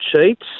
cheats